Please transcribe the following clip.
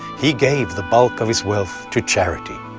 he gave the bulk of his wealth to charity.